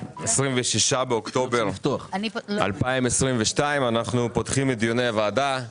26 באוקטובר 2022. אנחנו פותחים את דיוני הוועדה.